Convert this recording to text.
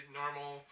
normal